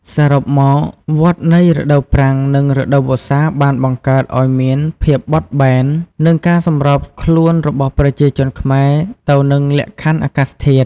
សរុបមក វដ្ដនៃរដូវប្រាំង និងរដូវវស្សាបានបង្កើតឲ្យមានភាពបត់បែន និងការសម្របខ្លួនរបស់ប្រជាជនខ្មែរទៅនឹងលក្ខខណ្ឌអាកាសធាតុ។